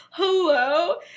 Hello